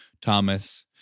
Thomas